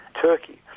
Turkey